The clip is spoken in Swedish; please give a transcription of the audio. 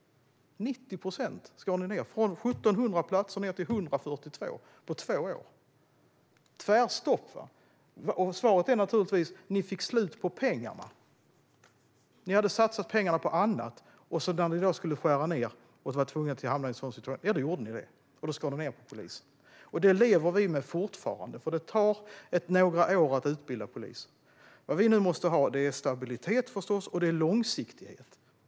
Ni skar ned med 90 procent från 1 700 platser till 142 på två år. Det var tvärstopp. Svaret är naturligtvis att ni fick slut på pengarna. Ni hade satsat pengarna på annat, och när ni då behövde skära ned gjorde ni det på polisen. Det lever vi med fortfarande, för det tar några år att utbilda poliser. Vad vi nu måste ha är stabilitet, förstås, och långsiktighet.